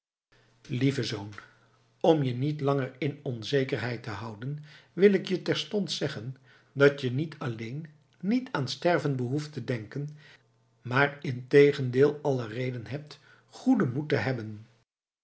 lieve zoon om je niet langer in onzekerheid te houden wil ik je terstond zeggen dat je niet alleen niet aan sterven behoeft te denken maar integendeel alle reden hebt goeden moed te hebben